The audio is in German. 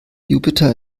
jupiter